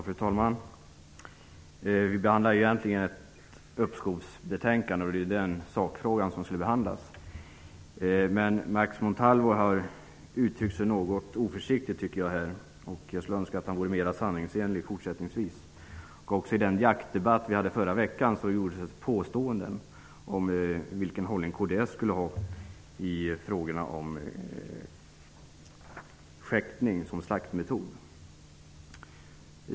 Fru talman! Vi behandlar egentligen ett uppskovsbetänkande. Det är den sakfrågan som skall behandlas. Men Max Montalvo har uttryckt sig något oförsiktigt, och jag skulle önska att han vore mera sanningsenlig i fortsättningen. I jaktdebatten vi hade i förra veckan gjordes uttalanden om vilken ställning kds intar i fråga om skäktning som slaktmetod.